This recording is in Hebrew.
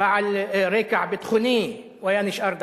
בעל רקע ביטחוני הוא היה נשאר דקה?